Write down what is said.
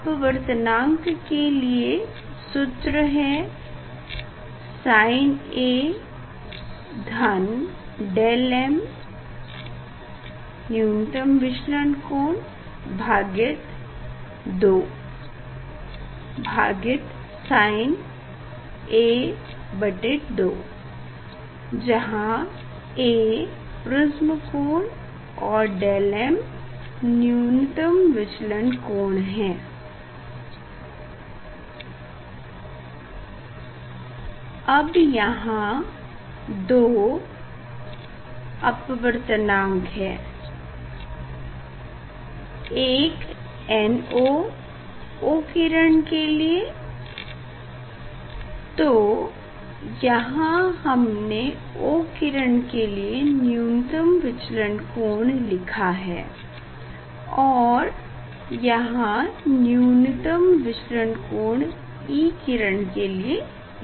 अपवर्तनांक के लिए सूत्र है SinA धन δm न्यूनतम विचलन कोण भागित 2 भागित Sin A2 यहाँ A प्रिस्म कोण और δm न्यूनतम विचलन कोण है अब यहाँ 2 अपवर्तनांक हैं एक no O किरण के लिए तो यहाँ हमने O किरण के लिए न्यूनतम विचलन कोण लिखा और यहाँ न्यूनतम विचलन कोण E किरण के लिए लिखते हैं